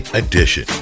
edition